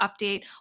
update